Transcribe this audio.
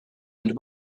and